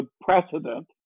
precedent